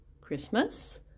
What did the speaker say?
Christmas